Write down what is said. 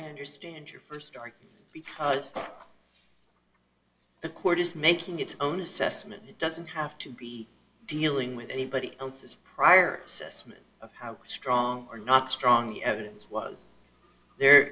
i understand your first time because the court is making its own assessment it doesn't have to be dealing with anybody else's prior system and how strong are not strong evidence was there